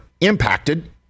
impacted